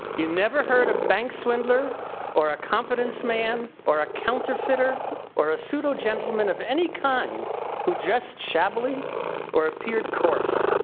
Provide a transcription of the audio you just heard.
you never heard a bank swindler or a confidence man or a counterfeiter or a pseudo gentlemen of any kind who just shabbily or appeared course.